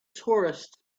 tourists